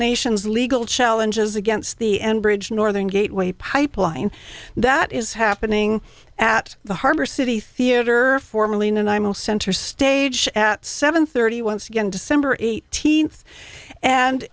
nation's legal challenges against the enbridge northern gateway pipeline that is happening at the harbor city theater formerly and imo center stage at seven thirty once again december eighteenth and